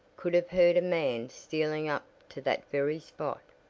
could have heard a man stealing up to that very spot?